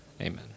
Amen